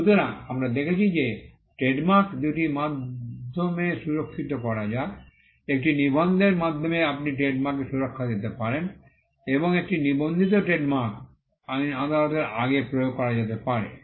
সুতরাং আমরা দেখেছি যে ট্রেডমার্ক দুটি মাধ্যমে সুরক্ষিত করা যায় একটি নিবন্ধের মাধ্যমে আপনি ট্রেডমার্ককে সুরক্ষা দিতে পারেন এবং একটি নিবন্ধিত ট্রেডমার্ক আইন আদালতের আগে প্রয়োগ করা যেতে পারে